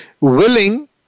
willing